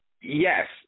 yes